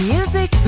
Music